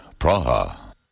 Praha